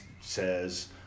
says